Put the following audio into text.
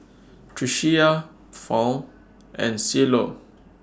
Tricia Fount and Cielo